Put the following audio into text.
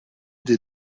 des